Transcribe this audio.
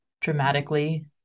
dramatically